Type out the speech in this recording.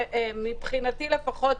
מבחינתי לפחות,